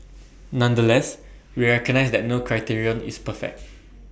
nonetheless we recognise that no criterion is perfect